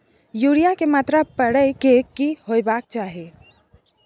Urea के मात्रा परै के की होबाक चाही?